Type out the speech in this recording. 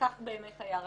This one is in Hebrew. וכך באמת היה.